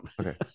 Okay